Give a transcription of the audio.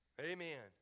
Amen